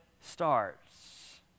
starts